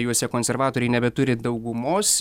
juose konservatoriai nebeturi daugumos